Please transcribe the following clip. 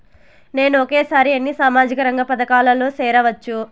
నేను ఒకేసారి ఎన్ని సామాజిక రంగ పథకాలలో సేరవచ్చు?